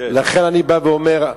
לכן אני בא ואומר,